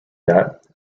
that